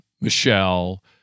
Michelle